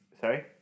Sorry